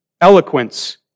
Eloquence